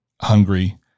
hungry